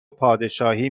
پادشاهی